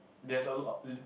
there's a lot